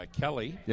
Kelly